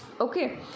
okay